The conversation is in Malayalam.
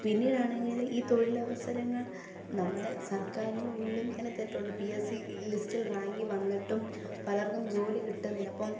പിന്നീടാണെങ്കിൽ ഈ തൊഴിലവസരങ്ങൾ നമ്മുടെ സർക്കാരിനുള്ളിൽ തന്നെ തെറ്റൊണ്ട് പി എസ് സി ലിസ്റ്റിൽ റാങ്കിൽ വന്നിട്ടും പലർക്കും ജോലി കിട്ടുന്നില്ല ഇപ്പം